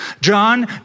John